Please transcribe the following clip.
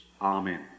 Amen